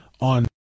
on